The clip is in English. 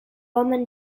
roman